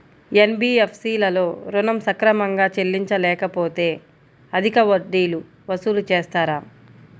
NBFC లలో ఋణం సక్రమంగా చెల్లించలేకపోతె అధిక వడ్డీలు వసూలు చేస్తారా?